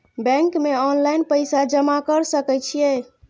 Bank में online पैसा जमा कर सके छीये?